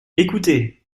écoutez